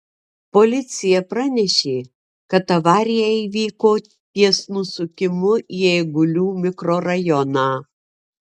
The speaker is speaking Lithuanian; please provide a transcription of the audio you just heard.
policija pranešė kad avarija įvyko ties nusukimu į eigulių mikrorajoną